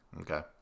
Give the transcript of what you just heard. Okay